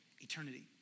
eternity